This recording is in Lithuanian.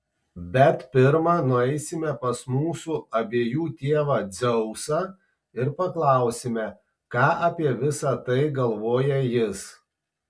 bet pirma nueisime pas mūsų abiejų tėvą dzeusą ir paklausime ką apie visa tai galvoja jis